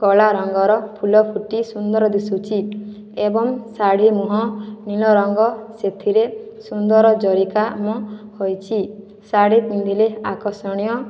କଳା ରଙ୍ଗର ଫୁଲ ଫୁଟି ସୁନ୍ଦର ଦିଶୁଛି ଏବଂ ଶାଢ଼ୀ ମୁହଁ ନୀଳରଙ୍ଗ ସେଥିରେ ସୁଦର ଜରିକାମ ହୋଇଛି ଶାଢ଼ୀ ପିନ୍ଧିଲେ ଆକର୍ଷଣୀୟ